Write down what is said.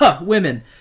women